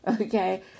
okay